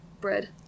bread